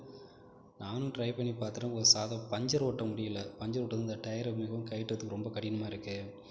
நானும் டிரை பண்ணி பார்த்துட்டேன் ஒரு சாதா பஞ்சர் ஓட்ட முடியல பஞ்சர் ஓட்ட இந்த டயரை கழட்ட ரொம்ப கடினமாக இருக்குது